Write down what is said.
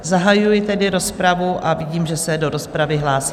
Zahajuji tedy rozpravu a vidím, že se do rozpravy hlásíte.